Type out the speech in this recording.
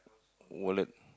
wallet